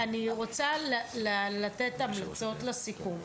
אני רוצה לתת המלצות לסיפור.